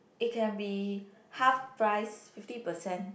it can be half price fifty percent